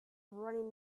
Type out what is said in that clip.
running